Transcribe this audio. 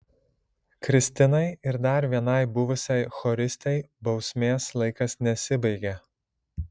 kristinai ir dar vienai buvusiai choristei bausmės laikas nesibaigė